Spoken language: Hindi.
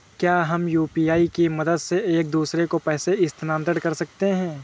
क्या हम यू.पी.आई की मदद से एक दूसरे को पैसे स्थानांतरण कर सकते हैं?